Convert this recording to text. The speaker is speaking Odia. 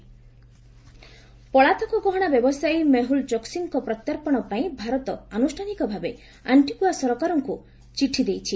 ଚୋକ୍ସି ଏକ୍ସଟ୍ରାଡିସନ ପଳାତକ ଗହଣା ବ୍ୟବସାୟୀ ମେହୁଲ ଚୋକ୍ସିଙ୍କ ପ୍ରତ୍ୟାର୍ପଣ ପାଇଁ ଭାରତ ଆନୁଷ୍ଠାନିକ ଭାବେ ଆଣ୍ଟିଗୁଆ ସରକାରଙ୍କୁ ଚିଠି ଦେଇଛି